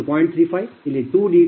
35 ಇಲ್ಲಿ 2d20